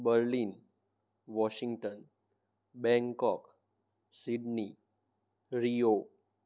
Berlin Washington Bangkok Sydney rio